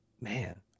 Man